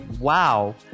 Wow